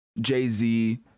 Jay-Z